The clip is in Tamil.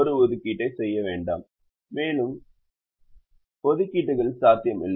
ஒரு ஒதுக்கீட்டை செய்ய வேண்டாம் மேலும் ஒதுக்கீடுகள் சாத்தியமில்லை